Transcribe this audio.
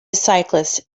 cyclist